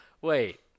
Wait